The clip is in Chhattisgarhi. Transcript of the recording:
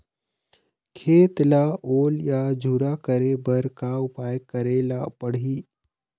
खेत ला ओल या झुरा करे बर का उपाय करेला पड़ही?